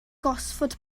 gosford